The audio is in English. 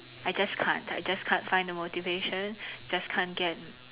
I just can't I just can't find the motivation just can't get